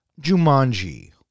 Jumanji